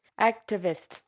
activist